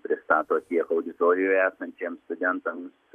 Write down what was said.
pristato tiek auditorijoje esantiems studentams